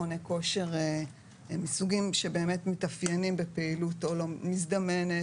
מכוני כושר מסוגים שבאמת מתאפיינים בפעילות מזדמנת